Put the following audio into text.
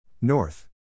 North